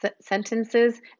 sentences